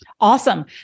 Awesome